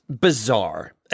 Bizarre